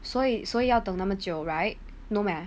所以说要等那么久 right no meh